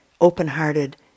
open-hearted